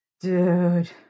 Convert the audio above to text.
Dude